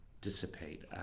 dissipate